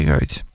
uit